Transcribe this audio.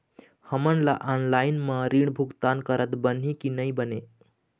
हमन ला ऑनलाइन म ऋण भुगतान करत बनही की नई बने?